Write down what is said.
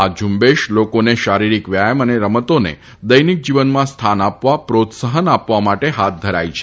આ ઝુંબેશ લોકોને શારીરીક વ્યાયામ અને રમતોને દૈનિક જીવનમાં સ્થાન આપવા પ્રોત્સાહન આપવા માટે હાથ ધરાઇ છે